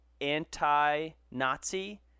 anti-Nazi